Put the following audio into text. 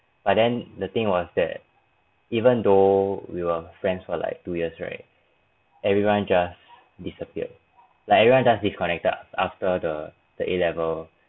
but then the thing was that even though we were friends for like two years right everyone just disappeared like everyone just disconnected after the the A level